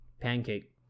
pancake